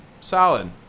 Solid